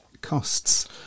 costs